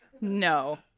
no